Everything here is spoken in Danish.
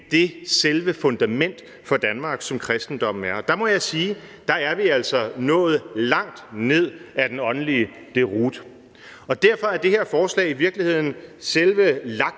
det fundament for Danmark, som kristendommen er. Der må jeg altså sige, at vi er nået langt ned ad den åndelige deroute, og derfor er det her forslag i virkeligheden selve